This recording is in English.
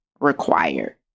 required